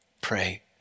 pray